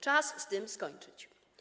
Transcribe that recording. Czas z tym skończyć.